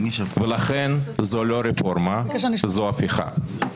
ולכן זו לא רפורמה, זו הפיכה.